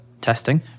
testing